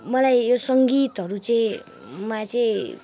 मलाई यो सङ्गीतहरू चाहिँ मा चाहिँ